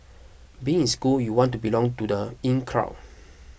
being in school you want to belong to the in crowd